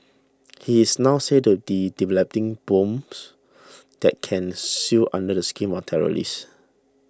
he is now said to developing bombs that can sue under the skin of terrorists